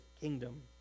kingdom